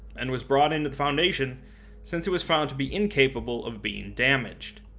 and was brought into the foundation since it was found to be incapable of being damaged.